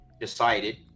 decided